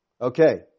Okay